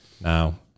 Now